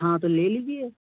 हाँ तो ले लीजिए